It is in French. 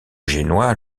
génois